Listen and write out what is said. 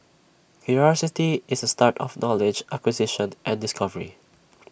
curiosity is the start of knowledge acquisition and discovery